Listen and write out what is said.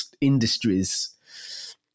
industries